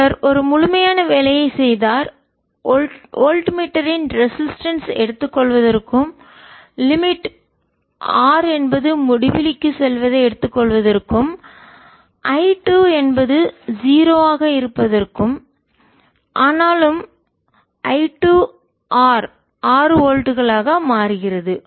அவர் ஒரு முழுமையான வேலையை செய்தார் வோல்ட்மீட்டரின் ரெசிஸ்டன்ஸ் தடை எடுத்துக்கொள்வதற்கும் லிமிட் வரம்பை R என்பது முடிவிலிக்கு செல்வதை எடுத்துக்கொள்வதற்கும் I 2 என்பது 0 ஆக இருப்பதற்கும் ஆனாலும் I2 R ஆறு வோல்ட்டுகளாக மாறுகிறது